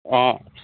অঁ